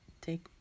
take